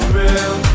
real